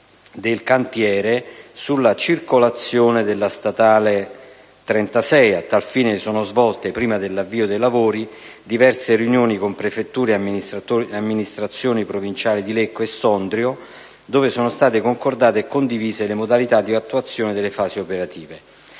del cantiere sulla circolazione della strada statale 36. A tal fine, prima dell'avvio dei lavori, si sono svolte diverse riunioni con le prefetture e le amministrazioni provinciali di Lecco e Sondrio, dove sono state concordate e condivise le modalità di attuazione delle fasi operative.